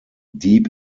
deep